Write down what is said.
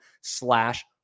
slash